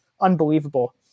unbelievable